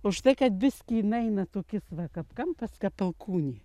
už tai kad biski jin eina tokis va kap kampas kap alkūnė